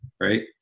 right